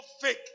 fake